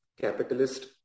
capitalist